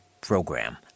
program